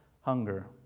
hunger